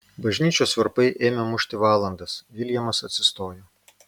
bažnyčios varpai ėmė mušti valandas viljamas atsistojo